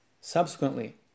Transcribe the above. subsequently